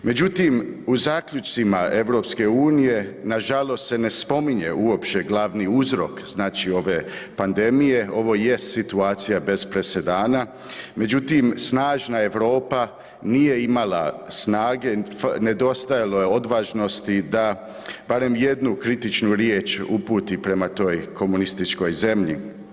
Međutim, u zaključcima EU nažalost se ne spominje uopće glavni uzrok znači ove pandemije, ovo jest situacija bez presedana, međutim snažna Europa nije imala snage, nedostajalo je odvažnosti da barem jednu kritičnu riječ uputi prema toj komunističkoj zemlji.